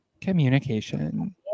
communication